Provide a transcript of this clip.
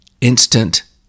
instant